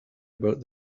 about